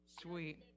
Sweet